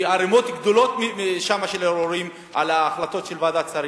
ויש ערימות גדולות של ערעורים על ההחלטה של ועדת השרים.